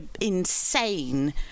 insane